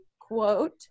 quote